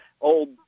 old